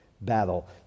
battle